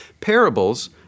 parables